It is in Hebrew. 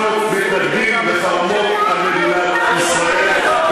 אנחנו מתנגדים לחרמות על מדינת ישראל.